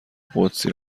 قدسی